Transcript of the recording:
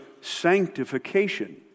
sanctification